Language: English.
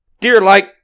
deer-like